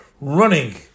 running